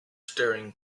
staring